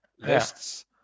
lists